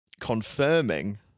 confirming